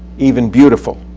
even beautiful,